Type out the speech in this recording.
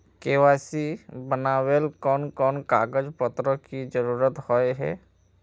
KYC बनावेल कोन कोन कागज पत्र की जरूरत होय है?